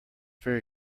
very